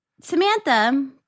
Samantha